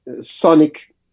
sonic